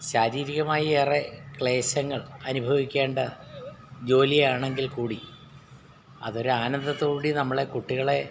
ശാരീരികമായി ഏറെ ക്ലേശങ്ങൾ അനുഭവിക്കേണ്ട ജോലിയാണെങ്കിൽക്കൂടി അതൊരാനാന്ദത്തോടുകൂടി നമ്മളെ കുട്ടികളെ